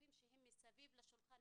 השותפים שהם מסביב לשולחן.